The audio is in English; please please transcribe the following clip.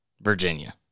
Virginia